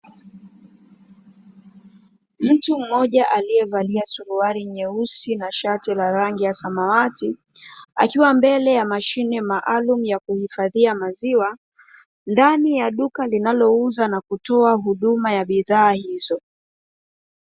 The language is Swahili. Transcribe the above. Mtu mmoja aliyevalia suruali nyeusi na shati la rangi ya samawati, akiwa mbele ya mashine maalumu ya kuhifadhia maziwa ndani ya duka linalouza na kutoa huduma ya bidhaa hizo.